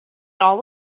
all